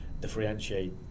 differentiate